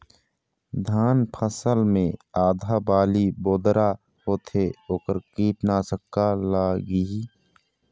धान फसल मे आधा बाली बोदरा होथे वोकर कीटनाशक का लागिही?